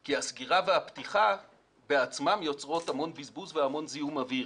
כי הסגירה והפתיחה יוצרות המון בזבוז והמון זיהום אוויר.